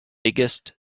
biggest